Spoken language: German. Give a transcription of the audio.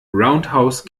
roundhouse